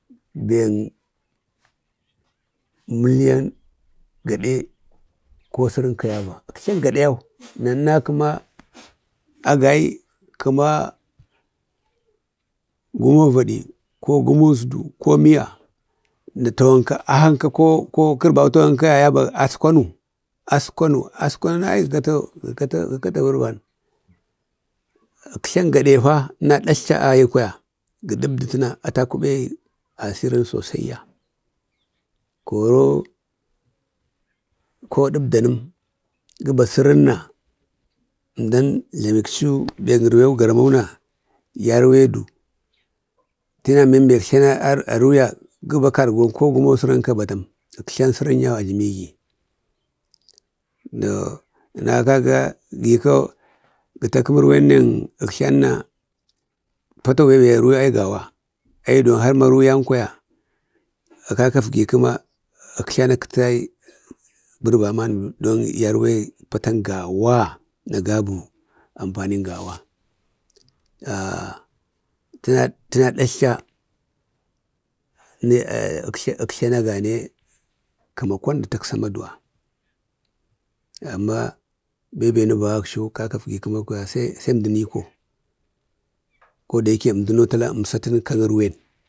Beŋ miliyan gade ko sərənka yaba əktlan gade yau. Na kəma agai kəma gumo vaɗi ko gumo əsdu ko miya na tawan ka ahanka ko kərban tawanka yabak askwanu, askwanu, askwanu ai gəkato. gəkato, gəkato berban. əktlan gaɗefa təna againa ga ɗətəma ata a kuɓegu asirin sosai koro ko ɗabdanəm gəba sarəuna əmdan jlamik bek ərwen, garmai na yarwedu. Tinambe əktlan a ruya gəba kargon ko gumo sərənka bedam aktlan sərən yau a jlomigi. To ma kaga gə takəmu ərwen deŋ əktlanna patan be ya ruyau ai awa. Agi duwou har maruyan kwaya kaak dgvi kəma əkttan a kətədai bərba man dva yarwu patan gawa! na gabu amfanin gawa. Gali tana, təna ɗarlrla əjtlan agari kəma kwan də talcsa a maduwa aunma əmdən iko ko dayake ənid əno tala əmsatənən ka ərwen